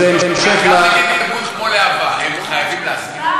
זה המשך, ארגון כמו להב"ה, הם חייבים להסכים?